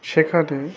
সেখানে